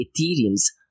Ethereum's